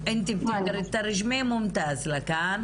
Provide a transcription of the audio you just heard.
הנשים הפלשתינאיות מתמודדות עם קשיים בארץ,